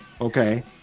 okay